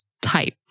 type